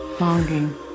Longing